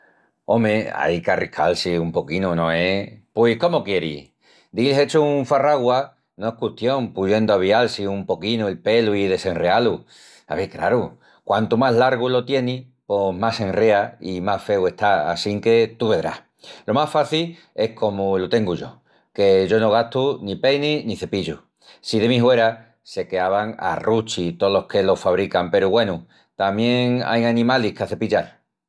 Ome, ai qu'arriscal-si un poquinu, no es? Pui cómu quieris? Dil hechu un farraguas no es custión puyendu avial-si un poquinu el pelu i desenreá-lu. Ave craru, quantu más largu lo tienis pos más s'enrea i más feu está assinque tú vedrás. Lo más faci es comu lo tengu yo, que yo no gastu ni peinis ni cepillus. Sí de mi huera se queavan a ruchi tolos que los fabrican peru, güenu, tamién ain animalis que acepillal.